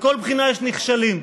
בכל בחינה יש נכשלים,